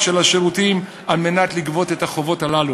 של השירותים על מנת לגבות את החובות הללו.